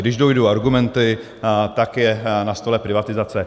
Když dojdou argumenty, tak je na stole privatizace.